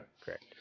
Correct